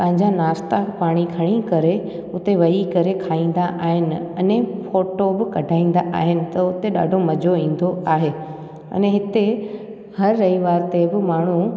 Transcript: पंहिंजा नाश्ता पाणी खणी करे उते वेही करे खाईंदा आहिनि अने फोटो बि कढाईंदा आहिनि त उते ॾाढो मज़ो ईंदो आहे अने हिते हर रविवार ते बि माण्हू